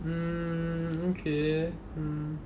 mm okay mm